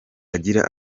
agira